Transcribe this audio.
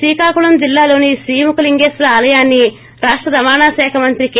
శ్రీకాకుళం జిల్లాలోని శ్రీముఖలింగేశ్వర ఆలయాన్సి రాష్ట రవాణా శాఖ మంత్రి కె